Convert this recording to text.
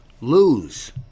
Lose